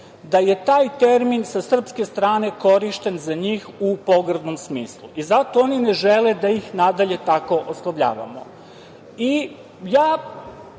da je taj termin sa srpske strane korišćen za njih u pogrdnom smislu. Zato oni ne žele da ih nadalje tako oslovljavamo. Nemam